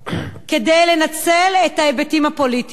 כדי לנצל את ההיבטים הפוליטיים.